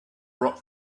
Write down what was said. rock